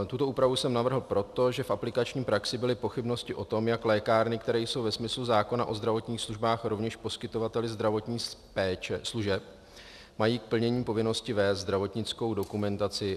Tuto úpravu jsem navrhl proto, že v aplikační praxi byly pochybnosti o tom, jak lékárny, které jsou ve smyslu zákona o zdravotních službách rovněž poskytovateli zdravotních služeb, mají v plnění povinnosti vést zdravotnickou dokumentaci.